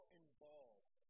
involved